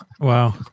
Wow